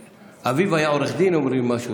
אביו היה עורך דין, אומרים, משהו.